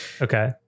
okay